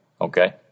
okay